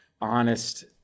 honest